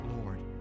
Lord